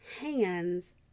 hands